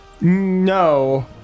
No